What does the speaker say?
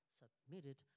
submitted